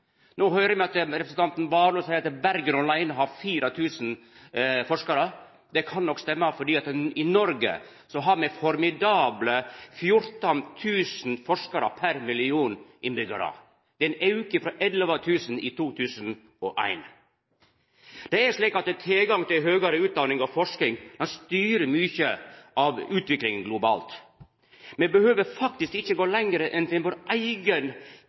No høyrer me at representanten Warloe seier at Bergen åleine har 4 000 forskarar. Det kan nok stemma, for i Noreg har me formidable 14 000 forskarar per million innbyggjarar. Det er ein auke frå 11 000 i 2001. Det er slik at tilgangen til høgare utdanning og forsking styrer mykje av utviklinga globalt. Me behøver ikkje å gå lenger enn til vår